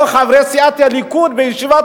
או שחברי סיעת הליכוד, בישיבת